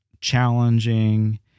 challenging